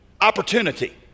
opportunity